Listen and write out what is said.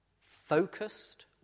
focused